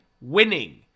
winning